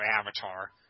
Avatar